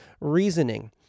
reasoning